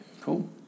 Cool